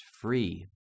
free